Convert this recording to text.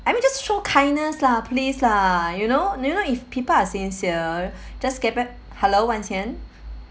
I mean just show kindness lah please lah you know you know if people are sincere just keep it hello wan sien